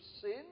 sin